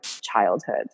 childhood